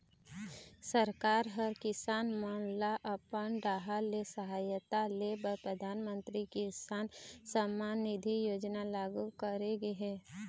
सरकार ह किसान मन ल अपन डाहर ले सहायता दे बर परधानमंतरी किसान सम्मान निधि योजना लागू करे गे हे